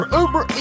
uber